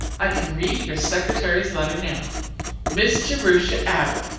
i can read your secretary's letter now miss jerusha abbott.